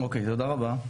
אוקיי, תודה רבה.